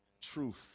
Truth